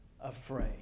afraid